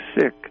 sick